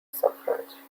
suffrage